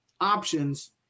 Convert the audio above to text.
options